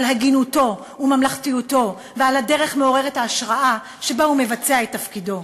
על הגינותו וממלכתיותו ועל הדרך מעוררת ההשראה שבה הוא מבצע את תפקידו.